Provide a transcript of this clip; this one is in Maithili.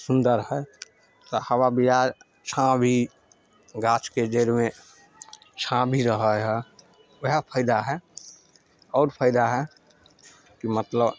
सुन्दर हइ तऽ हवा बिहारि छाँह भी गाछके जड़िमे छाँह भी रहय हइ वएह फायदा हइ आओर फायदा हइ की मतलब